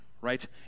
Right